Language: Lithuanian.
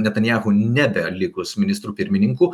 netanyahu nebelikus ministru pirmininku